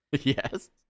Yes